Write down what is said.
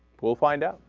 will find out